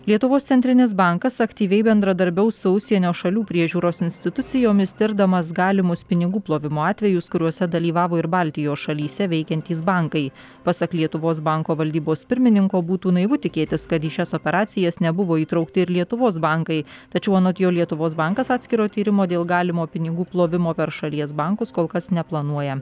lietuvos centrinis bankas aktyviai bendradarbiaus su užsienio šalių priežiūros institucijomis tirdamas galimus pinigų plovimo atvejus kuriuose dalyvavo ir baltijos šalyse veikiantys bankai pasak lietuvos banko valdybos pirmininko būtų naivu tikėtis kad į šias operacijas nebuvo įtraukti ir lietuvos bankai tačiau anot jo lietuvos bankas atskiro tyrimo dėl galimo pinigų plovimo per šalies bankus kol kas neplanuoja